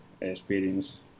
experience